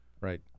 Right